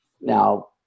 Now